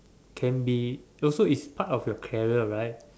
can be also it is part of your career right